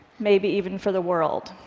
maybe even for the world.